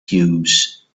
cubes